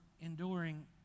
enduring